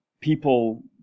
people